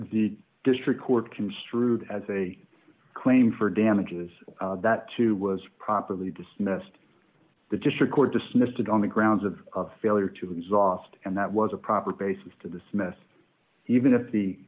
the district court construed as a claim for damages that too was properly dismissed the district court dismissed it on the grounds of failure to exhaust and that was a proper basis to dismiss even if the